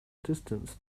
distance